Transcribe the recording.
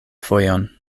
fojon